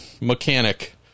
mechanic